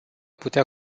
putea